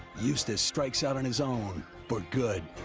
eustace strikes out on his own for good.